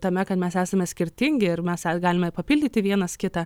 tame kad mes esame skirtingi ir mes galime papildyti vienas kitą